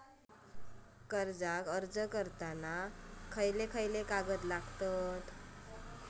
कर्जाक अर्ज करताना काय काय कागद लागतत?